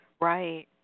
Right